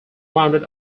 rounded